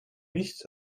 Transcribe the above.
nicht